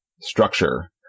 structure